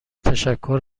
تشکر